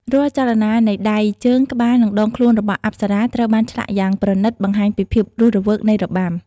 រាល់ចលនានៃដៃ ជើង ក្បាល និងដងខ្លួនរបស់អប្សរា ត្រូវបានឆ្លាក់យ៉ាងប្រណីត បង្ហាញពីភាពរស់រវើកនៃការរាំ។